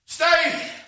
Stay